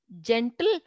gentle